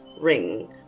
ring